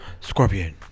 Scorpion